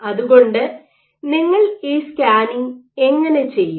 അതുകൊണ്ട് നിങ്ങൾ ഈ സ്കാനിങ്ങ് എങ്ങനെ ചെയ്യും